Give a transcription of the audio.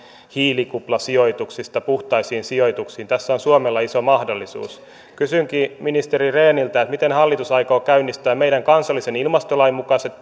hiilikuplasijoituksista puhtaisiin sijoituksiin tässä on suomella iso mahdollisuus kysynkin ministeri rehniltä miten hallitus aikoo käynnistää meidän kansallisen ilmastolain mukaiset